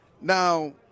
Now